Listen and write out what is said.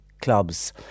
clubs